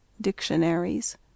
Dictionaries